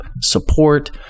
support